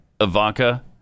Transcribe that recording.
Ivanka